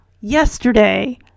yesterday